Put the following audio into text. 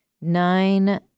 nine